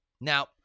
Now